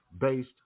based